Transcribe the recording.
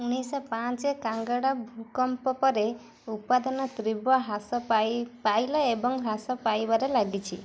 ଉଣେଇଶିଶହପାଞ୍ଚେ କାଙ୍ଗଡ଼ା ଭୂକମ୍ପ ପରେ ଉତ୍ପାଦନ ତୀବ୍ର ହ୍ରାସ ପାଇ ପାଇଲେ ଏବଂ ହ୍ରାସ ପାଇବାରେ ଲାଗିଛି